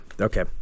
Okay